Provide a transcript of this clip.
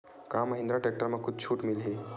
का महिंद्रा टेक्टर म कुछु छुट मिलही?